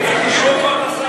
ירושלים נשארה מאוחדת.